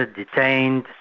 ah detained,